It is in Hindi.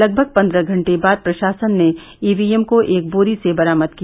लगभग पन्द्रह घंटे बाद प्रषासन ने ईवीएम को एक बोरी से बरामद किया